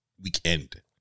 Weekend